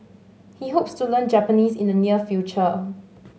he hopes to learn Japanese in the near future